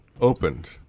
opened